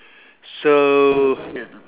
so